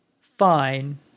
fine